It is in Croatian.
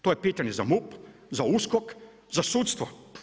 TO je pitanje za MUP, za USKOK, za sudstvo.